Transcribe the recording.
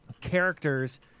characters